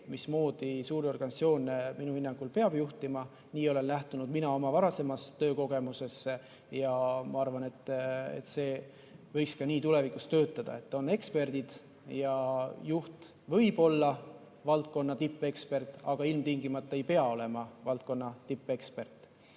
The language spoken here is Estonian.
mismoodi suuri organisatsioone minu hinnangul peab juhtima, nii olen lähtunud mina oma varasemas töökogemuses. Ma arvan, et see võiks ka nii tulevikus töötada, et on eksperdid ja juht võib olla valdkonna tippekspert, aga ilmtingimata ei pea olema valdkonna tippekspert.